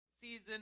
season